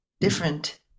different